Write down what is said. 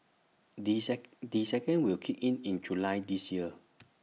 the the second will kick in in July this year